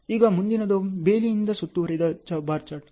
ಈಗ ಮುಂದಿನದು ಬೇಲಿಯಿಂದ ಸುತ್ತುವರಿದ ಬಾರ್ ಚಾರ್ಟ್